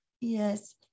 Yes